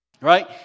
right